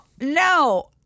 no